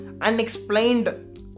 unexplained